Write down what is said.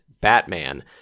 Batman